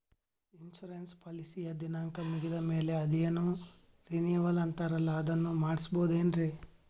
Insurance ಪಾಲಿಸಿಯ ದಿನಾಂಕ ಮುಗಿದ ಮೇಲೆ ಅದೇನೋ ರಿನೀವಲ್ ಅಂತಾರಲ್ಲ ಅದನ್ನು ಮಾಡಿಸಬಹುದೇನ್ರಿ?